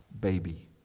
baby